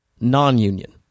Non-union